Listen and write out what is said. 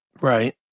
right